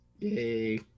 Yay